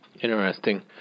Interesting